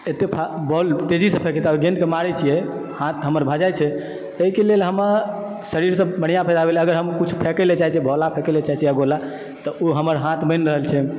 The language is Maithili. एतय बॉल तेजीसँ फेकि गेन्दके मारैत छियै हाथ हमर भऽ जाइत छै ताहिके लेल हमर शरीरसँ बढ़िआँ फायदा भेलय अगर हम कुछ फेकय लऽ चाहैत छी भाला फेकय लऽ चाहैत छी या गोला तऽ ओ हमर हाथ बनि रहल छै